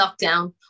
lockdown